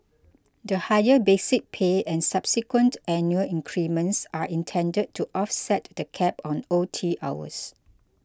the higher basic pay and subsequent annual increments are intended to offset the cap on O T hours